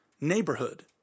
neighborhood